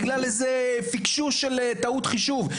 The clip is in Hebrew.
בגלל איזה פקשוש של טעות חישוב,